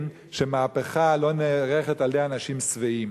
שהמהפכה לא נעשית על-ידי אנשים שבעים.